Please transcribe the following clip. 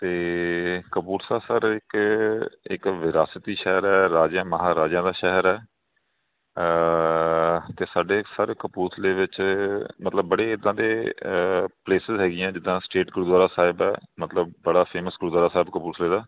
ਅਤੇ ਕਪੂਰਥਲਾ ਸਰ ਇੱਕ ਇੱਕ ਵਿਰਾਸਤੀ ਸ਼ਹਿਰ ਹੈ ਰਾਜਿਆਂ ਮਹਾਰਾਜਿਆਂ ਦਾ ਸ਼ਹਿਰ ਹੈ ਅਤੇ ਸਾਡੇ ਸਰ ਕਪੂਰਥਲੇ ਵਿੱਚ ਮਤਲਬ ਬੜੇ ਇੱਦਾਂ ਦੇ ਪਲੇਸਿਸ ਹੈਗੀਆਂ ਹੈ ਜਿੱਦਾਂ ਸਟੇਟ ਗੁਰਦੁਆਰਾ ਸਾਹਿਬ ਹੈ ਮਤਲਬ ਬੜਾ ਫੇਮਸ ਗੁਰਦੁਆਰਾ ਸਾਹਿਬ ਕਪੂਰਥਲੇ ਦਾ